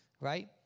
right